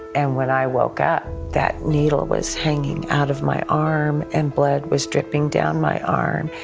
and when i woke up, that needle was hanging out of my arm, and blood was dripping down my arm.